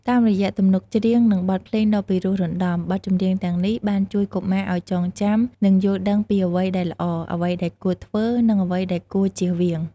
តាមរយៈទំនុកច្រៀងនិងបទភ្លេងដ៏ពិរោះរណ្ដំ បទចម្រៀងទាំងនេះបានជួយកុមារឲ្យចងចាំ និងយល់ដឹងពីអ្វីដែលល្អ អ្វីដែលគួរធ្វើ និងអ្វីដែលគួរជៀសវាង។